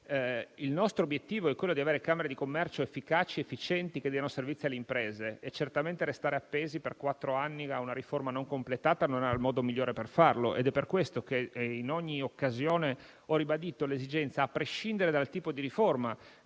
il nostro obiettivo è quello di avere camere di commercio efficaci ed efficienti, che diano servizi alle imprese. Certamente, restare appesi per quattro anni a una riforma non completata non è il modo migliore per raggiungerlo ed è per questo che in ogni occasione ho ribadito l'esigenza di portarla a termine, a prescindere dal tipo di riforma.